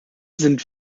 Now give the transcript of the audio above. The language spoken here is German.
sind